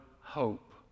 hope